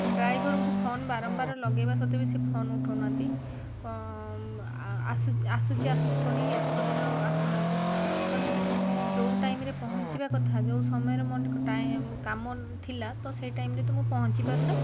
ଡ୍ରାଇଭରଙ୍କୁ ଫୋନ ବାରମ୍ବାର ଲଗାଇବା ସତ୍ତ୍ୱେ ବି ସେ ଫୋନ ଉଠାଉ ନାହାଁନ୍ତି ଆସୁଛି ଆସୁଛି କହିକି ଏତେ ପର୍ଯ୍ୟନ୍ତ ଆସୁନାହାଁନ୍ତି ତେଣୁ ମୁଁ ଯେଉଁ ଟାଇମ୍ରେ ପହଞ୍ଚିବା କଥା ଯେଉଁ ସମୟରେ କାମ ଥିଲା ତ ସେ ଟାଇମ୍ରେ ତ ମୁଁ ପହଞ୍ଚିପାରୁନାହିଁ